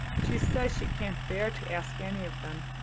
she says she can't bear to ask any of them.